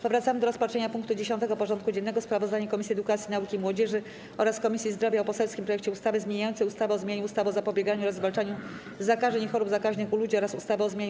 Powracamy do rozpatrzenia punktu 10. porządku dziennego: Sprawozdanie Komisji Edukacji, Nauki i Młodzieży oraz Komisji Zdrowia o poselskim projekcie ustawy zmieniającej ustawę o zmianie ustawy o zapobieganiu oraz zwalczaniu zakażeń i chorób zakaźnych u ludzi oraz ustawę o zmianie